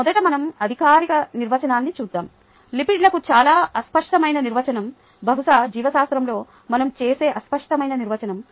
మొదట మనం అధికారిక నిర్వచనాన్ని చూద్దాం లిపిడ్లకు చాలా అస్పష్టమైన నిర్వచనం బహుశా జీవశాస్త్రంలో మనం చూసే అస్పష్టమైన నిర్వచనం